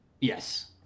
Yes